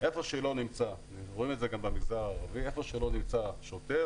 איפה שלא נמצא רואים את זה גם במגזר הערבי איפה שלא נמצא שוטר,